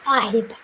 आहेत